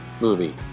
movie